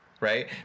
Right